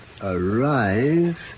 arrive